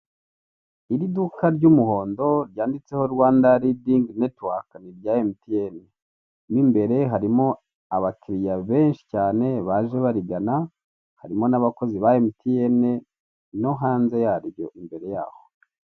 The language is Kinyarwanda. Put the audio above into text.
Iri duka ry'umuhondo ryanditseho Rwanda ridingi netiwaka ni irya Mtn, mo imbere harimo abakiriya benshi cyane baje barigana, harimo n'abakozi ba Mtn no hanze yaryo imbere yaho.